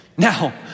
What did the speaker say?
Now